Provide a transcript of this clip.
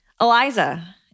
Eliza